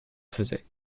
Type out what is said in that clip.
faisais